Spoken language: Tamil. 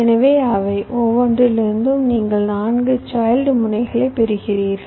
எனவே அவை ஒவ்வொன்றிலிருந்தும் நீங்கள் 4 சைல்ட் முனைகளைப் பெறுவீர்கள்